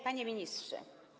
Panie Ministrze!